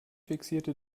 fixierte